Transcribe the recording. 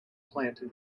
plant